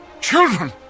Children